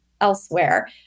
elsewhere